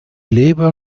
labour